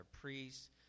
priests